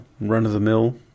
run-of-the-mill